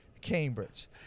Cambridge